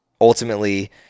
ultimately